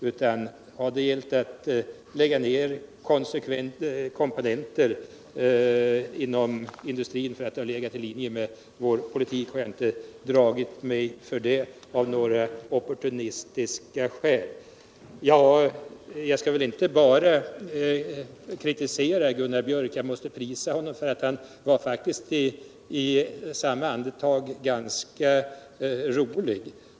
Har det gällt att lägga ner försvarskomponenter, därför att de legat i linje med vår politik, har jag inte dragit mig undan av opportunistiska skäl. Jag skall väl inte bara kritisera Ciunnar Björk utan också prisa honom, eftersom han i samma andetag var ganska rolig.